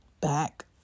back